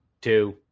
two